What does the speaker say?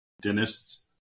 dentists